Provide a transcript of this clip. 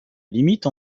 limite